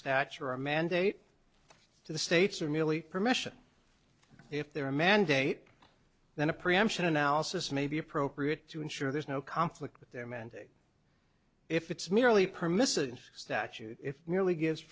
stature a mandate to the states or merely permission if their mandate than a preemption analysis may be appropriate to ensure there's no conflict with their mandate if it's merely permissive statute if merely gives